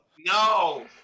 No